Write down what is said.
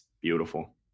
Beautiful